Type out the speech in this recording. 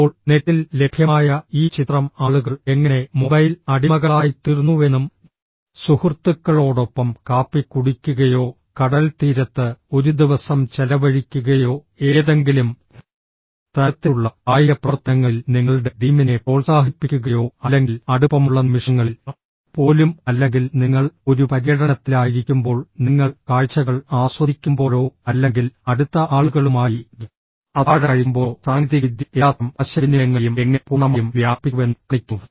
ഇപ്പോൾ നെറ്റിൽ ലഭ്യമായ ഈ ചിത്രം ആളുകൾ എങ്ങനെ മൊബൈൽ അടിമകളായിത്തീർന്നുവെന്നും സുഹൃത്തുക്കളോടൊപ്പം കാപ്പി കുടിക്കുകയോ കടൽത്തീരത്ത് ഒരു ദിവസം ചെലവഴിക്കുകയോ ഏതെങ്കിലും തരത്തിലുള്ള കായിക പ്രവർത്തനങ്ങളിൽ നിങ്ങളുടെ ടീമിനെ പ്രോത്സാഹിപ്പിക്കുകയോ അല്ലെങ്കിൽ അടുപ്പമുള്ള നിമിഷങ്ങളിൽ പോലും അല്ലെങ്കിൽ നിങ്ങൾ ഒരു പര്യടനത്തിലായിരിക്കുമ്പോൾ നിങ്ങൾ കാഴ്ചകൾ ആസ്വദിക്കുമ്പോഴോ അല്ലെങ്കിൽ അടുത്ത ആളുകളുമായി അത്താഴം കഴിക്കുമ്പോഴോ സാങ്കേതികവിദ്യ എല്ലാത്തരം ആശയവിനിമയങ്ങളെയും എങ്ങനെ പൂർണ്ണമായും വ്യാപിപ്പിച്ചുവെന്നും കാണിക്കുന്നു